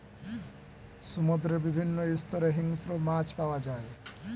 সমুদ্রের বিভিন্ন স্তরে হিংস্র মাছ পাওয়া যায়